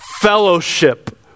fellowship